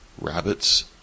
rabbits